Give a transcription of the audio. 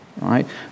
right